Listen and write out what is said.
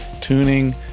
tuning